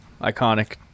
iconic